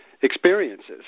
experiences